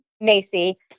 macy